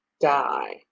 die